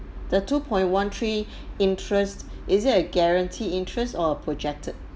the two point one three interest is it a guarantee interest or a projected